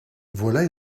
voilà